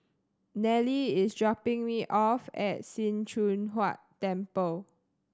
Nelly is dropping me off at Sim Choon Huat Temple